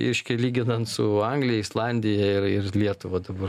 reiškia lyginant su anglija islandija ir ir lietuva dabar